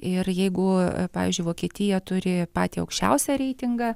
ir jeigu pavyzdžiui vokietija turi patį aukščiausią reitingą